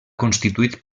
constituït